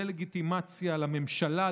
דה-לגיטימציה לממשלה,